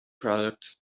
products